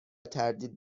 تردید